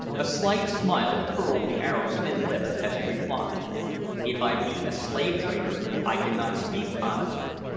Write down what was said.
a slight smile curled the arab's thin lip as he replied if i be a slave-trader, i cannot speak honestly,